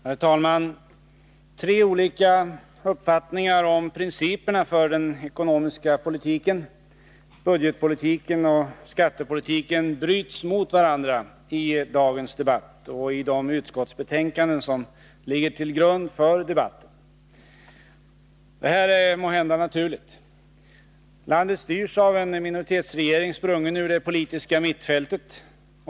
Herr talman! Tre olika uppfattningar om principerna för den ekonomiska politiken, budgetpolitiken och skattepolitiken bryts mot varandra i dagens debatt och i de utskottsbetänkanden som ligger till grund för debatten. Detta är måhända naturligt. Landet styrs av en minoritetsregering, sprungen ur det politiska mittfältet.